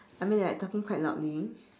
I mean like talking quite loudly